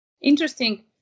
Interesting